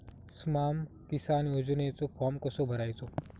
स्माम किसान योजनेचो फॉर्म कसो भरायचो?